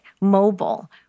mobile